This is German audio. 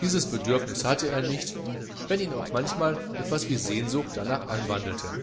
dieses bedürfnis hatte er nicht wenn ihn auch manchmal so etwas wie sehnsucht darnach anwandelte